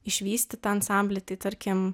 išvystytą ansamblį tai tarkim